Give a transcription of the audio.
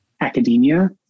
academia